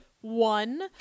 One